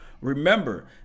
Remember